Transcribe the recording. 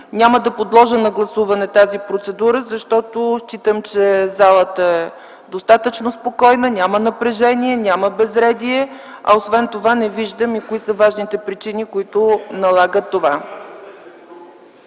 няма да подложа на гласуване тази процедура. Считам, че залата е достатъчно спокойна, няма напрежение, безредие, освен това не виждам и кои са важните причини, които налагат това.